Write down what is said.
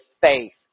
faith